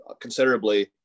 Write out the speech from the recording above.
considerably